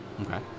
Okay